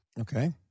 Okay